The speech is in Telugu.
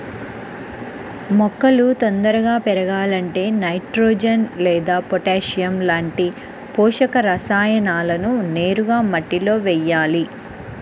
మొక్కలు తొందరగా పెరగాలంటే నైట్రోజెన్ లేదా పొటాషియం లాంటి పోషక రసాయనాలను నేరుగా మట్టిలో వెయ్యాలి